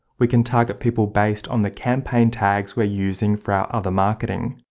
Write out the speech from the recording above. we can target people based on the campaign tags we're using for our other marketing,